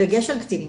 בדגש על קטינים,